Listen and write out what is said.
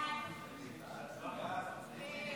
ההצעה להעביר את הצעת חוק סיוע